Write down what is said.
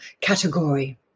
category